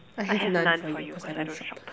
I have none for you cause I don't shop